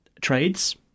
Trades